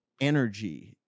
energy